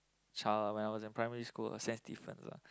child when I was in primary school Saint-Stephen lah